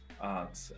art